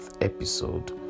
episode